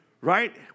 right